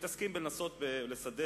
מתעסקים בלנסות לסדר